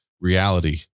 reality